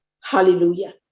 hallelujah